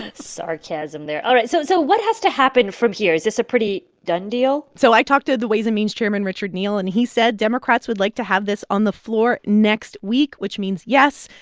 ah sarcasm there all right. so so what has to happen from here? is this a pretty done deal? so i talked to the ways and means chairman richard neal, and he said democrats would like to have this on the floor next week, which means, yes,